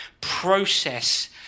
process